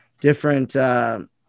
different